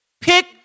Pick